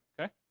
okay